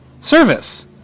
service